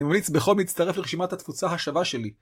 אני ממליץ בחום להצטרף לרשימת התפוצה השווה שלי.